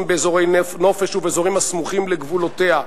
באזורי נופש ובאזורים הסמוכים לגבולותיה.